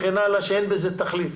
שאין בזה תכלית.